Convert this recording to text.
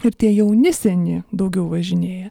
ir tie jauni seni daugiau važinėja